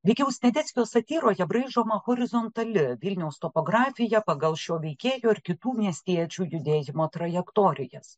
veikiau sniadeckio satyroje braižoma horizontali vilniaus topografija pagal šio veikėjo ir kitų miestiečių judėjimo trajektorijas